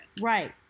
Right